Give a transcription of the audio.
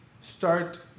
start